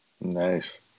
Nice